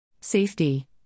Safety